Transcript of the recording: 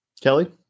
Kelly